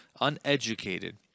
uneducated